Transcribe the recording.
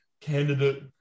candidate